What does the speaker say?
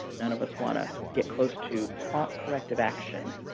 none of us want to get close to prompt corrective action.